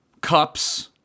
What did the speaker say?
cups